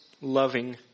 loving